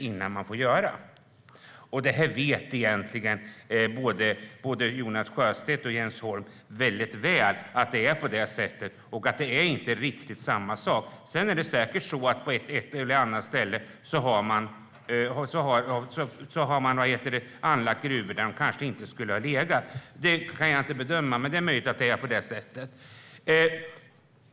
Både Jonas Sjöstedt och Jens Holm vet egentligen väldigt väl att det är på det sättet och att det här inte riktigt är samma sak. Sedan har man säkert på ett eller annat ställe anlagt gruvor där de kanske inte skulle ha legat. Det kan jag inte bedöma, men det är möjligt att det är på det sättet.